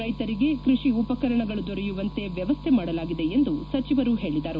ರೈತರಿಗೆ ಕ್ಪಷಿ ಉಪಕರಣಗಳು ದೊರೆಯುವಂತೆ ವ್ಯವಸ್ವೆ ಮಾಡಲಾಗಿದೆ ಎಂದು ಸಚಿವರು ಹೇಳಿದರು